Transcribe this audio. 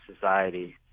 society